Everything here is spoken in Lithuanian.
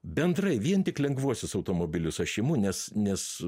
bendrai vien tik lengvuosius automobilius aš imu nes nes